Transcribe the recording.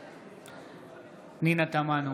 בעד פנינה תמנו,